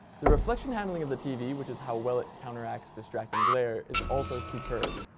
the reflection handling of the tv, which is how well it counter-acts distracting glare, is also superb.